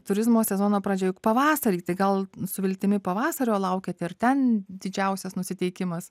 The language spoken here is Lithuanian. turizmo sezono pradžia juk pavasarį tai gal su viltimi pavasario laukiate ir ten didžiausias nusiteikimas